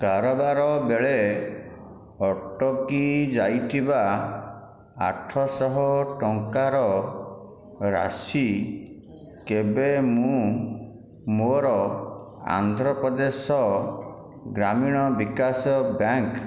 କାରବାର ବେଳେ ଅଟକି ଯାଇଥିବା ଆଠଶହ ଟଙ୍କାର ରାଶି କେବେ ମୁଁ ମୋ'ର ଆନ୍ଧ୍ରପ୍ରଦେଶ ଗ୍ରାମୀଣ ବିକାଶ ବ୍ୟାଙ୍କ୍